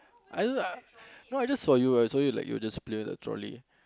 I don't know uh no I just saw you I saw you like you just played the trolley